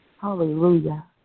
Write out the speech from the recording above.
Hallelujah